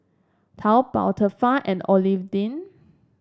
Taobao Tefal and Ovaltine